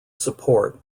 support